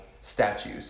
statues